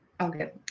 Okay